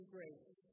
Grace